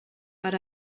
per